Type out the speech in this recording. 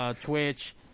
Twitch